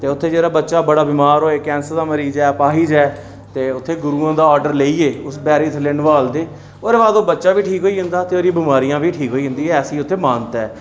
ते उत्थै जेह्ड़ा बच्चा बड़ा बमार होए कैंसर दा मरीज ऐ अपाहिज ऐ ते उत्थै गुरुएं दा आर्डर लेइयै उस बैरी थल्लै नोहालदे ओह्दे बाद ओह् बच्चा बी ठीक होई जंदा ते ओह्दी बमारियां बी ठीक होई जंदियां न ऐसी उत्थै मानता ऐ